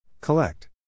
Collect